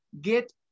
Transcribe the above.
get